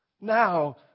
now